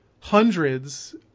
hundreds